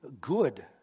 good